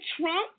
Trump